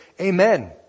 Amen